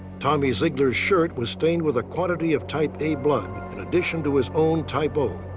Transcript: tommy zeigler's shirt was stained with a quantity of type a blood, in addition to his own type o.